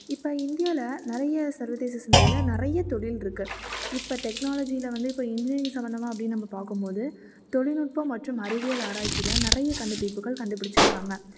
இப்போ இந்தியாவில் நிறைய சர்வதேச சந்தையில் நிறைய தொழில் இருக்குது இப்போ டெக்னாலஜியில் வந்து இப்போ இன்ஜினியரிங் சம்மந்தமாக அப்படின் நம்ம பார்க்கும் போது தொழில்நுட்பம் மற்றும் அறிவியல் ஆராய்ச்சியில் நிறைய கண்டுபிடிப்புகள் கண்டு பிடிச்சுருக்காங்க